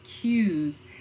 cues